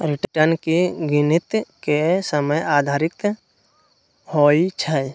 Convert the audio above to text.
return की गिनति के समय आधारित होइ छइ